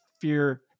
fear